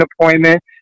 appointment